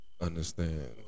understand